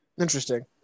Interesting